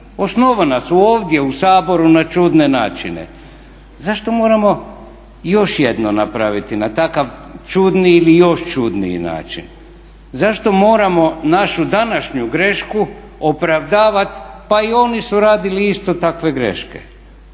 osnovana su ovdje u Saboru na čudne načine. Zašto moramo još jedno napraviti na takav čudni ili još čudniji način? Zašto moramo našu današnju grešku opravdavati pa i oni su radili isto takve greške.